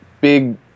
big